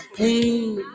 pain